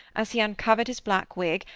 as he uncovered his black wig,